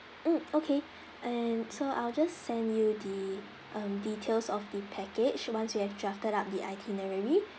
mm okay and so I'll just send you the um details of the package once we have drafted out the itinerary